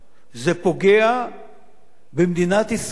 זה פוגע במדינת ישראל.